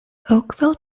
oakville